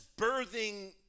birthing